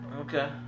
Okay